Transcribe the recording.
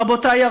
רבותי,